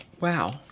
wow